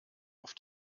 auf